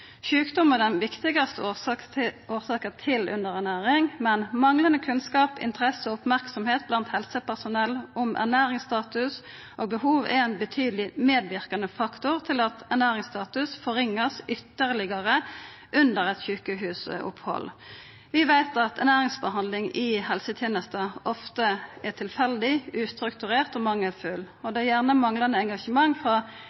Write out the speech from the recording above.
er den viktigaste årsaka til underernæring, men manglande kunnskap, interesse og merksemd blant helsepersonell om ernæringsstatus og behov er ein betydeleg medverkande faktor til at ernæringsstatus vert ytterlegare forverra under eit sjukehusopphald. Vi veit at ernæringsbehandling i helsetenesta ofte er tilfeldig, ustrukturert og